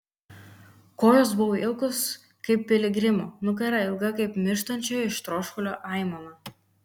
kojos buvo ilgos kaip piligrimo nugara ilga kaip mirštančio iš troškulio aimana